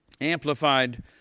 Amplified